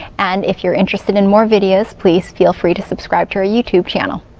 and if you're interested in more videos, please feel free to subscribe to our youtube channel.